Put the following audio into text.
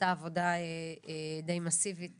עשתה עבודה די מאסיבית